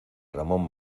ramón